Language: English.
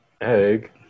Egg